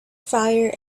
fire